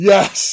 Yes